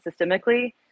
systemically